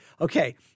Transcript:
okay